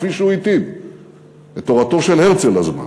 כפי שהוא התאים את תורתו של הרצל לזמן,